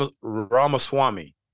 Ramaswamy